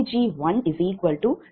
669MW Pg23730035 MW Pg3218